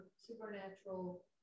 supernatural